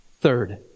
Third